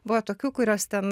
buvo tokių kurios ten